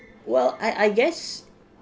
well I I guess